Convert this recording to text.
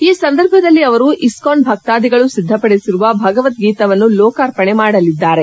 ಈ ಸಂದರ್ಭದಲ್ಲಿ ಅವರು ಇಸ್ಕಾನ್ ಭಕ್ತಾದಿಗಳು ಸಿದ್ಧಪಡಿಸಿರುವ ಭಗವದ್ಗೀತವನ್ನು ಲೋಕಾರ್ಪಣೆ ಮಾಡಲಿದ್ದಾರೆ